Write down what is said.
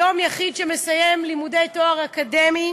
היום, יחיד שמסיים לימודי תואר אקדמי